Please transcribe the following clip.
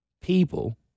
people